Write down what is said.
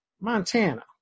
Montana